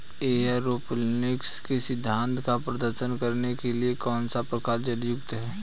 Aeroponics के सिद्धांत का प्रदर्शन करने के लिए कौन सा प्रकार उपयुक्त है?